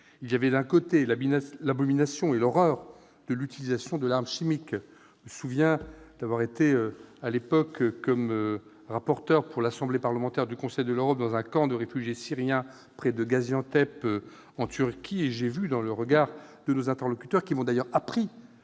il y avait, d'un côté, l'abomination et l'horreur de l'utilisation de l'arme chimique- je me souviens d'avoir été à l'époque, comme rapporteur pour l'Assemblée parlementaire du Conseil de l'Europe, dans un camp de réfugiés syriens près de Gaziantep, en Turquie, et j'ai vu dans le regard de nos interlocuteurs, qui m'ont d'ailleurs appris